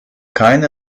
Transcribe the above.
keine